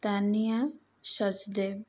Tania Sachdev